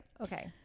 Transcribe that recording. Okay